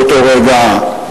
באותו רגע,